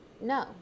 no